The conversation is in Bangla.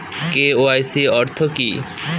কে.ওয়াই.সি অর্থ কি?